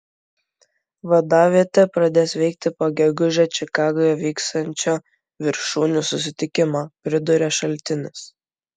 vadavietė pradės veikti po gegužę čikagoje vyksiančio viršūnių susitikimo pridūrė šaltinis